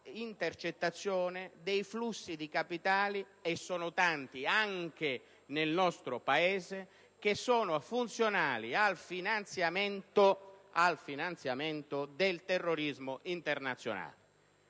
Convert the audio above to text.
intercettazione dei flussi di capitale - e sono tanti anche nel nostro Paese - funzionali al finanziamento del terrorismo internazionale.